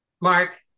Mark